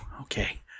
Okay